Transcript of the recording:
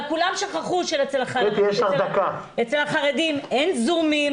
רק כולם שכחו שאצל החרדים אין זום,